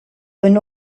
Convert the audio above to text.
when